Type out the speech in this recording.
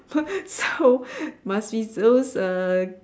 so must be those uh